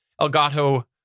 Elgato